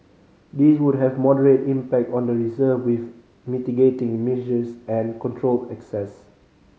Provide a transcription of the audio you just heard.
these would have moderate impact on the reserve with mitigating measures and controlled access